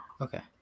okay